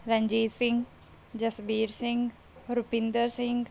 Ranjit Singh Jasbir Singh Rupinder Singh